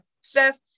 Steph